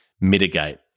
mitigate